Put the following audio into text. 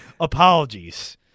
apologies